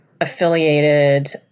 affiliated